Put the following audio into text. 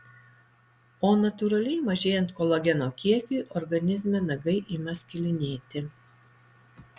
o natūraliai mažėjant kolageno kiekiui organizme nagai ima skilinėti